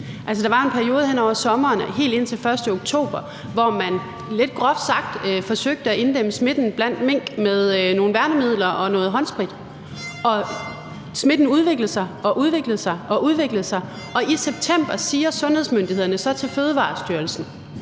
der var en periode hen over sommeren og helt hen til 1. oktober, hvor man lidt groft sagt forsøgte at inddæmme smitten blandt mink med nogle værnemidler og noget håndsprit. Smitten udviklede sig og udviklede sig og udviklede sig, og i september siger sundhedsmyndighederne så til Fødevarestyrelsen,